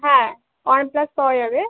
হ্যাঁ OnePlus পাওয়া যাবে